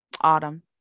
Autumn